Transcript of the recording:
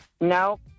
No